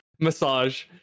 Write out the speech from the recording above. Massage